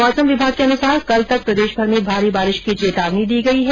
मौसम विभाग के अनुसार कल तक प्रदेशभर में भारी बारिश की चेतावनी दी गई है